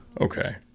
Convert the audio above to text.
Okay